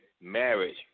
marriage